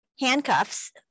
handcuffs